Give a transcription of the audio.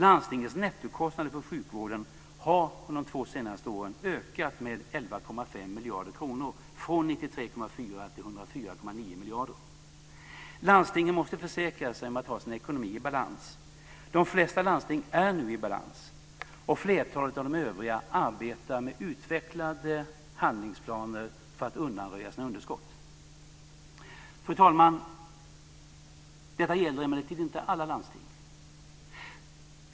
Landstingens nettokostnader för sjukvården har under de två senaste åren ökat med 11,5 miljarder kronor från 93,4 till 104,9 miljarder. Landstingen måste försäkra sig om att ha sin ekonomi i balans. De flesta landsting är nu i balans, och flertalet av de övriga arbetar med utvecklade handlingsplaner för att undanröja sina underskott. Fru talman! Detta gäller emellertid inte alla landsting.